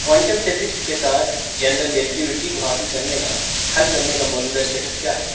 quantum physics کے ساتھ general relativity کو حاصل کرنے کا حل کرنے کا موجودہ اسٹیٹس کیا ہے